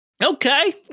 okay